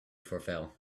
fulfill